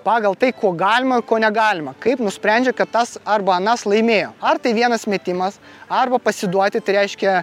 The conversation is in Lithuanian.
pagal tai ko galima ko negalima kaip nusprendžia kad tas arba anas laimėjo ar tai vienas metimas arba pasiduoti tai reiškia